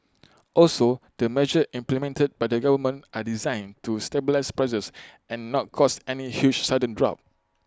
also the measures implemented by the government are designed to stabilise prices and not cause any huge sudden drop